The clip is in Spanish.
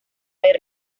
hay